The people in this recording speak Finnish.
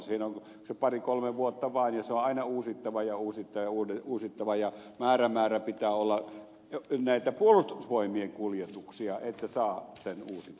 siinä on se pari kolme vuotta vain ja se on aina uusittava ja uusittava ja uusittava ja määrämäärä pitää olla näitä puolustusvoimien kuljetuksia että saa sen